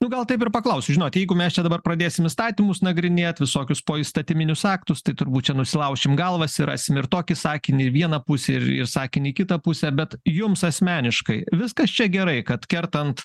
nu gal taip ir paklausiu žinot jeigu mes čia dabar pradėsim įstatymus nagrinėt visokius poįstatyminius aktus tai turbūt čia nusilaušim galvas ir rasim ir tokį sakinį ir vieną pusį ir sakinį į kitą pusę bet jums asmeniškai viskas čia gerai kad kertant